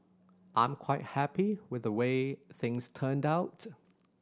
I'm quite happy with the way things turned outs